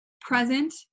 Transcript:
present